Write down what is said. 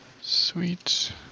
Sweet